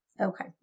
Okay